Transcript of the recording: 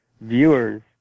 viewers